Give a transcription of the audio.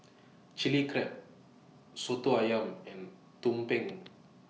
Chilli Crab Soto Ayam and Tumpeng